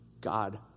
God